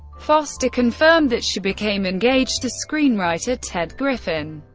foster confirmed that she became engaged to screenwriter ted griffin.